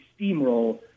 steamroll